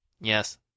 Yes